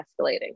escalating